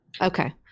Okay